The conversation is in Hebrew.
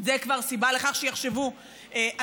זו כבר סיבה לכך שיחשבו אנשים,